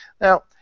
Now